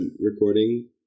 recording